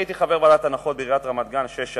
אני הייתי חבר ועדת ההנחות בעיריית רמת-גן שש שנים.